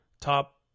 top